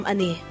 Ani